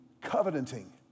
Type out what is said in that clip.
covenanting